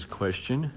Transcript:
question